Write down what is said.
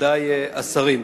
מכובדי השרים,